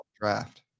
draft